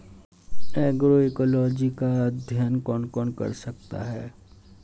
Agroecology का अध्ययन कौन कौन कर सकता है?